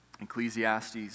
Ecclesiastes